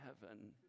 heaven